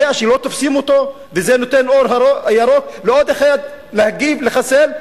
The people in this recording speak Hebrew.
יודעים שלא תופסים את הרוצח וזה נותן אור ירוק לעוד אחד להגיד: נחסל,